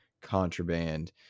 contraband